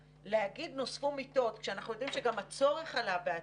להגיד שנוספו מיטות כשאנחנו יודעים שגם הצורך עלה בהתאמה,